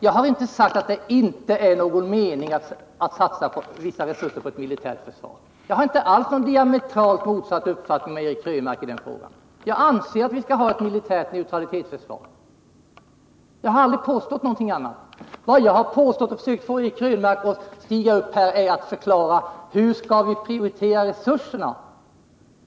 Jag har inte sagt att det inte är någon mening med att satsa vissa resurser på militärt försvar. Och jag har inte alls någon diametralt motsatt uppfattning i den frågan, Eric Krönmark. Jag anser att vi skall ha ett militärt neutralitetsförsvar, och jag har aldrig påstått någonting annat. Vad jag har talat om — och det har jag försökt att få Eric Krönmark att här stiga upp i talarstolen och förklara — är hur vi skall prioritera resurserna.